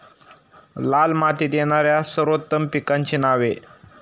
लाल मातीत येणाऱ्या सर्वोत्तम पिकांची नावे?